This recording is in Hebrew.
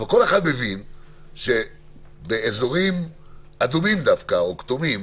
אבל כל אחד מבין שבאזורים אדומים או כתומים,